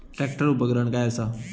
Tractor उपकरण काय असा?